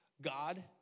God